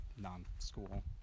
non-school